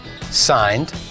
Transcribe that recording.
signed